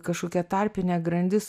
kažkokia tarpinė grandis